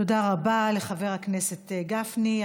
תודה רבה לחבר הכנסת גפני.